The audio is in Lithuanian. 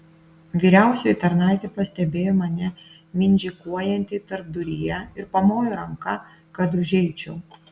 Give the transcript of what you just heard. vyriausioji tarnaitė pastebėjo mane mindžikuojantį tarpduryje ir pamojo ranka kad užeičiau